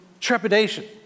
trepidation